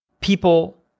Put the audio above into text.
People